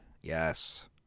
Yes